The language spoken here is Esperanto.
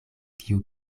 kiu